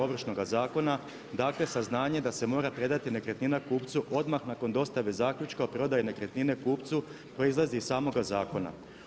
Ovršnog zakona, dakle saznanje da se mora predati nekretnina kupcu odmah nakon dostave zaključka, prodaje nekretnine kupcu proizlazi iz samoga zakona.